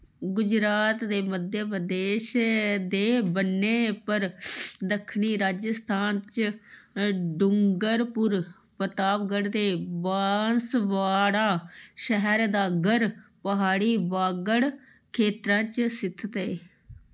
गुजरात ते मध्य प्रदेश दे बन्ने पर दक्खनी राजस्थान च डूंगरपुर प्रतापगढ़ ते बांसवाड़ा शैह्रें दा घर प्हाड़ी वागड़ खेतरा च स्थित ऐ